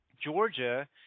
Georgia